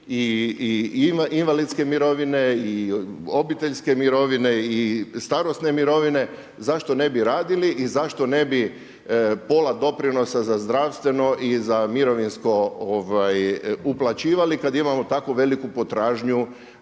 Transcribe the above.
i invalidske mirovine i obiteljske mirovine i starosne mirovine, zašto ne bi radili i zašto ne bi pola doprinosa za zdravstveno i za mirovinsko uplaćivali kada imamo tako veliku potražnju